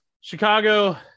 Chicago